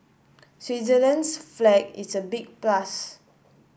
Switzerland's flag is a big plus